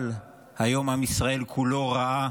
אבל היום עם ישראל כולו ראה